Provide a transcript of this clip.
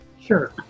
sure